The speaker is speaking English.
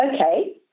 okay